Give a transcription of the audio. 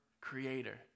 creator